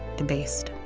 debased.